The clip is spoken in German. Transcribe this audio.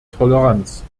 toleranz